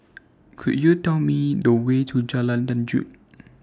Could YOU Tell Me The Way to Jalan Lanjut